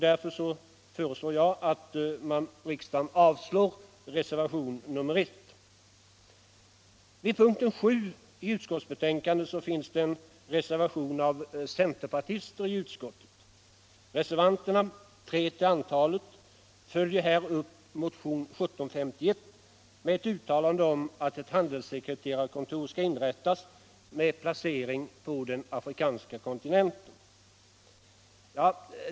Därför bör riksdagen avslå reservationen 1. Vid punkten 7 i utskottsbetänkandet finns det en reservation av centerpartister i utskottet. Reservanterna — tre till antalet — följer här upp motionen 1975/76:1751 med ett uttalande om att ett handelssekreterarkontor skall inrättas med placering på den afrikanska kontinenten.